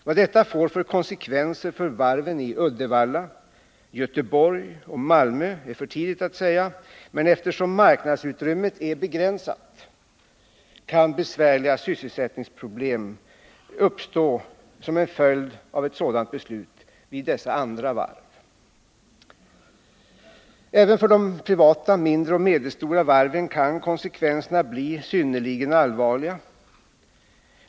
Vad detta får för konsekvenser för varven i Uddevalla, Göteborg och Malmö är för tidigt att säga. Men eftersom marknadsutrymmet är begränsat kan besvärliga sysselsättningsproblem uppstå vid dessa andra varv som en följd av ett sådant beslut. Även för de privata mindre och medelstora varven kan konsekvenserna bli synnerligen allvarliga.